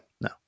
no